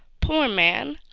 poor man!